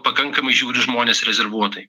pakankamai žiūri žmonės rezervuotai